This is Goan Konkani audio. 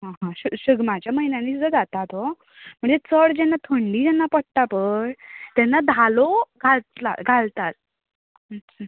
शिगम्याच्या म्हयन्यांनी सुद्दा घातात तो चड जेन्ना थंडी जेन्ना पडटा पळय तेन्ना धालो घालतात